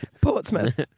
Portsmouth